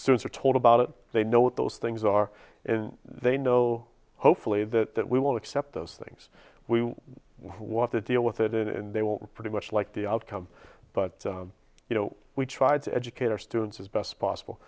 we're told about it they know what those things are and they know hopefully that that we will accept those things we want to deal with it and they will pretty much like the outcome but you know we tried to educate our students as best possible